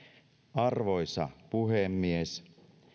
arvoisa puhemies